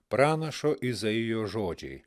pranašo izaijo žodžiai